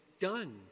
done